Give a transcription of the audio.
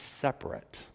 separate